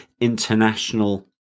international